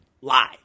lie